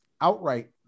Outright